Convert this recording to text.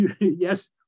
yes